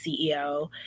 CEO